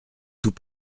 tout